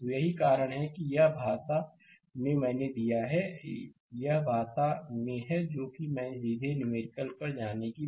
तो यही कारण है कि यह भाषा में मैंने दिया है यह भाषा में है जो मैंने सीधे न्यूमेरिकल पर जाने के बजाय दिया है